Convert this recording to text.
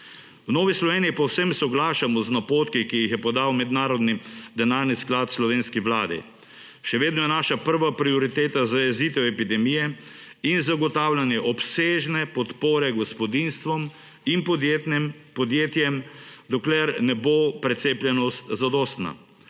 V Novi Sloveniji povsem soglašamo z napotki, ki jih je podal Mednarodni denarni sklad slovenski vladi. Še vedno je naša prva prioriteta zajezitev epidemije in zagotavljanje obsežne podpore gospodinjstvom in podjetjem, dokler ne bo precepljenost zadostna.